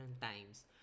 times